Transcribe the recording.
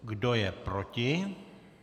Kdo je proti?